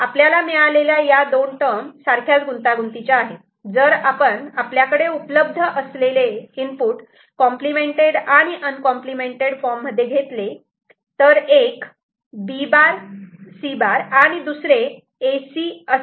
आपल्याला मिळालेल्या या दोन टर्म सारख्याच गुंतागुंतीच्या आहेत जर आपण आपल्याकडे उपलब्ध असलेले इनपुट कॉम्प्लिमेंटेड आणि अनकॉम्प्लिमेंटेड फॉर्म मध्ये घेतले तर एक B' C आणि दुसरे A C असे आहे